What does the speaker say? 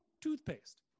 toothpaste